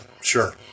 sure